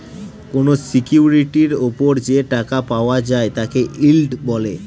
কোনো সিকিউরিটির ওপর যে টাকা পাওয়া যায় তাকে ইল্ড বলে